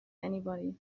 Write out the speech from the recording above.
anybody